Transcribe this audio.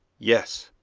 yes.